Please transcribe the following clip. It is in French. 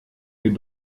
est